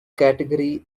category